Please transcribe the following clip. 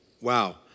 Wow